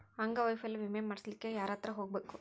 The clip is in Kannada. ಅಂಗವೈಫಲ್ಯ ವಿಮೆ ಮಾಡ್ಸ್ಲಿಕ್ಕೆ ಯಾರ್ಹತ್ರ ಹೊಗ್ಬ್ಖು?